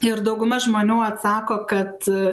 ir dauguma žmonių atsako kad